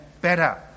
better